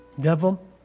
Devil